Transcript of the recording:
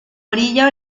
orilla